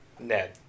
Ned